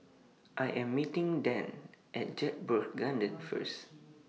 I Am meeting Dan At Jedburgh Gardens First